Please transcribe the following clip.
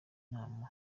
nama